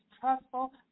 trustful